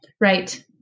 Right